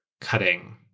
cutting